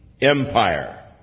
empire